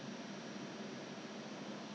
around the school already kind of halt